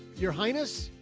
your highness.